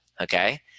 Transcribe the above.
Okay